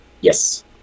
Yes